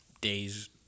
days